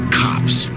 cops